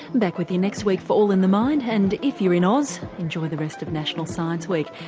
back with you next week for all in the mind and if you're in oz enjoy the rest of national science week.